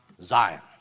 Zion